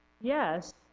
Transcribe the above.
Yes